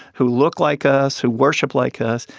who look like us, who worship like us.